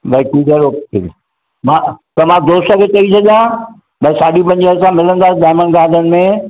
भई तूं जहिड़ो मां त मां दोस्त खे चई छॾियां भई साढी पंजे असां मिलंदासीं डायमंड गार्डन में